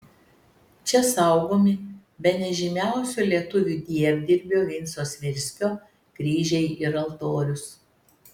čia saugomi bene žymiausio lietuvių dievdirbio vinco svirskio kryžiai ir altorius